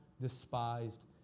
despised